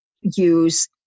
use